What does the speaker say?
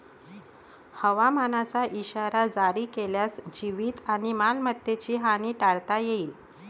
हवामानाचा इशारा जारी केल्यास जीवित आणि मालमत्तेची हानी टाळता येईल